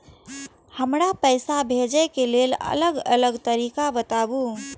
हमरा पैसा भेजै के लेल अलग अलग तरीका बताबु?